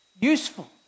useful